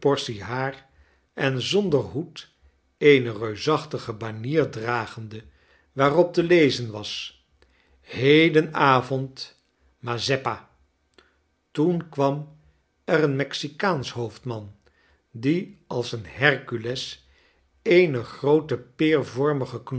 haar en zonder hoed eene reusachtige banier dragende waarop te lezen was hedenavond mazeppa toen kwam er een mexikaansch hoofdman die als een hercules eene groote